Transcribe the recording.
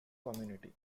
community